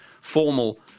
formal